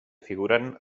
figuren